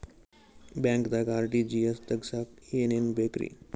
ಬ್ಯಾಂಕ್ದಾಗ ಆರ್.ಟಿ.ಜಿ.ಎಸ್ ತಗ್ಸಾಕ್ ಏನೇನ್ ಬೇಕ್ರಿ?